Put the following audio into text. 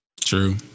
True